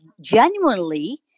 genuinely